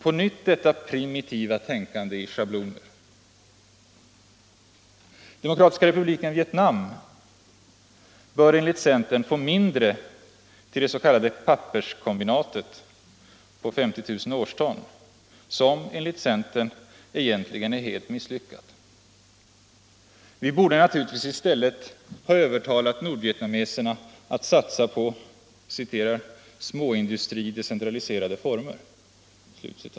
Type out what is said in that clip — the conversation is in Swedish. —- På nytt detta primitiva tänkande i schabloner. Demokratiska republiken Vietnam bör enligt centern få mindre till det s.k. papperskombinatet — på 50 000 årston — som enligt centern egentligen är helt misslyckat. Vi borde naturligtvis i stället ha övertalat nordvietnameserna att satsa på ”småindustri i decentraliserade former”.